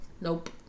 Nope